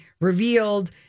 revealed